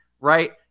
Right